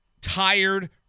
tired